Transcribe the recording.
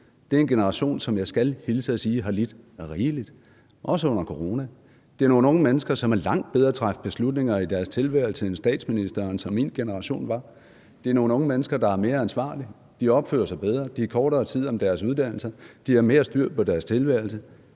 Det er en generation, som jeg skal hilse og sige har lidt rigeligt, også under corona. Det er nogle unge mennesker, som er langt bedre til at træffe beslutninger i deres tilværelse end statsministerens og min generations unge var. Det er nogle mennesker, der er mere ansvarlige. De opfører sig bedre. De er kortere tid om deres uddannelse. De har mere styr på deres tilværelse.